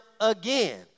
again